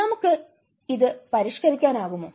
നമുക്ക് ഇത് പരിഷ്ക്കരിക്കാനാകുമോ